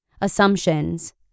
Assumptions